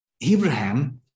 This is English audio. Abraham